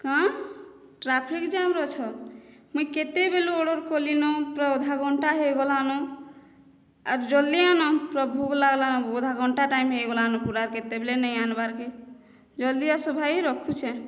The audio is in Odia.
କଁ ଟ୍ରାଫିକ ଯାମରେ ଅଛ ମୁଇଁ କେତେବେଳୁ ଅର୍ଡ଼ର କଲିନ ପୁରା ଅଧା ଘଣ୍ଟା ହୋଇଗଲାନ ଆର୍ ଜଲ୍ଦି ଆନ ପୁରା ଭୋକ୍ ଲାଗ୍ଲାନ ଅଧା ଘଣ୍ଟା ଟାଇମ୍ ହୋଇଗଲାନ୍ ପୁରା କେତେବେଳେ ନାହିଁ ଆନ୍ବାର୍କେ ଜଲ୍ଦି ଆସ ଭାଇ ରଖୁଛେ